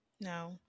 No